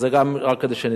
אז זה גם רק כדי שנדע.